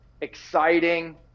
exciting